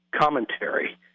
commentary